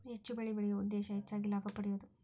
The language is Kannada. ಹೆಚ್ಚು ಬೆಳಿ ಬೆಳಿಯು ಉದ್ದೇಶಾ ಹೆಚಗಿ ಲಾಭಾ ಪಡಿಯುದು